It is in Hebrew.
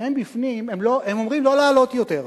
כשהם בפנים הם אומרים: לא לעלות יותר,